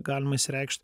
galima išreikšt